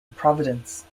providence